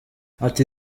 ati